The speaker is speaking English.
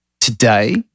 today